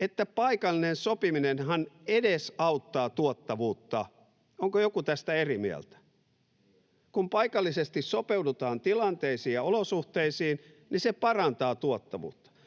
että paikallinen sopiminenhan edesauttaa tuottavuutta. Onko joku tästä eri mieltä? Kun paikallisesti sopeudutaan tilanteisiin ja olosuhteisiin, niin se parantaa tuottavuutta.